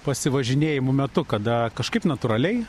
pasivažinėjimų metu kada kažkaip natūraliai